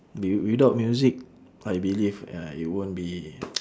d~ without music I believe ya it won't be